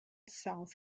south